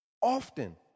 Often